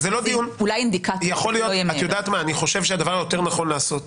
חושב שהדבר היותר נכון לעשות